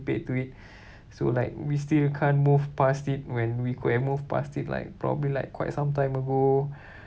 paid to it so like we still can't move past it when we could move past it like probably like quite some time ago